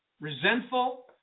resentful